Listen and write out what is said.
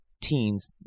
teens